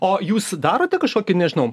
o jūs darote kažkokį nežinau